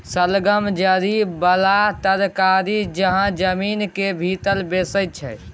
शलगम जरि बला तरकारी जकाँ जमीन केर भीतर बैसै छै